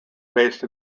based